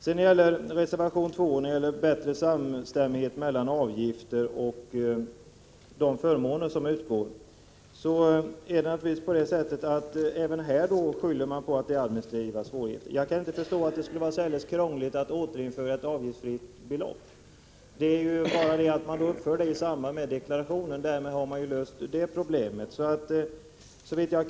Sedan till reservation 2 om bättre överensstämmelse mellan förmåner och avgifter. Även här skylls det på administrativa svårigheter. Men jag kan inte förstå att det skulle vara särskilt krångligt att återinföra ett avgiftsfritt belopp. Det uppförs i samband med deklarationen. Därmed är problemet löst.